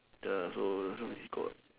ya so so he's got